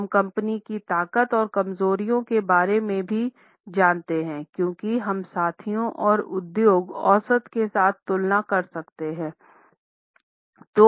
हम कंपनी की ताकत और कमजोरियों के बारे में भी जानते हैं क्योंकि हम साथियों और उद्योग औसत के साथ तुलना कर सकते हैं